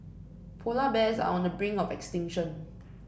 polar bears are on the brink of extinction